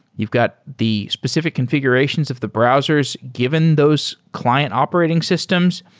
you've got the specific configurations of the browsers given those client operating systems.